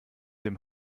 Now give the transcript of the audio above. dem